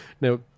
Now